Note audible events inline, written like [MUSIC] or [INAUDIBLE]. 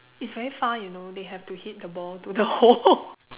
it's very far you know they have to hit the ball to the hole [LAUGHS]